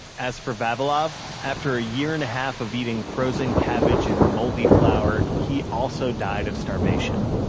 as for vavilov, after a year and a half of eating frozen cabbage and moldy flour, he also died of starvation.